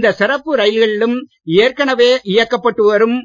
இந்த சிறப்பு ரயில்களிலும் ஏற்கனவே இயக்கப்பட்டு வரும்